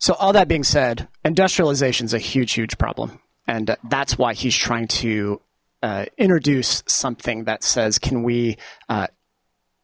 so all that being said industrialization is a huge huge problem and that's why he's trying to introduce something that says can we